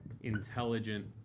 intelligent